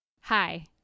Hi